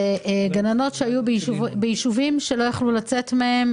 גננות שהיו ביישובים שלא יכלו לצאת מהם,